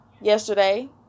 yesterday